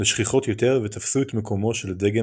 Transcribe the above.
לשכיחות יותר ותפסו את מקומו של דגם